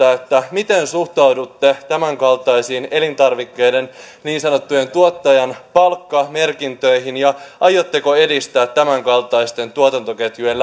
miten suhtaudutte tämänkaltaisiin elintarvikkeiden niin sanottuihin tuottajan palkkamerkintöihin ja aiotteko edistää tämänkaltaisten tuotantoketjujen